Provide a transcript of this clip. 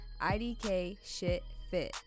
IDKSHITFIT